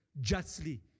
justly